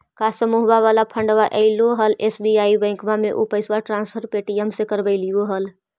का समुहवा वाला फंडवा ऐले हल एस.बी.आई बैंकवा मे ऊ पैसवा ट्रांसफर पे.टी.एम से करवैलीऐ हल?